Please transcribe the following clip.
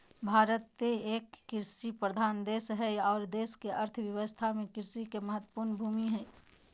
भारत एक कृषि प्रधान देश हई आर देश के अर्थ व्यवस्था में कृषि के महत्वपूर्ण भूमिका हई